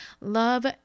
love